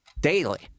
daily